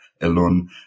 alone